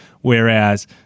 Whereas